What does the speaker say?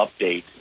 update